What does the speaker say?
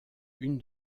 une